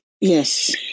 Yes